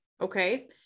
Okay